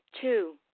Two